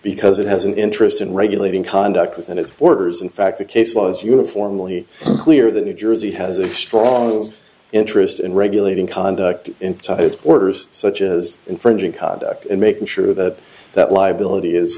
because it has an interest in regulating conduct within its borders in fact the case law is uniformly clear the new jersey has a strong interest in regulating conduct in orders such as infringing and making sure that that liability is